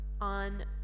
on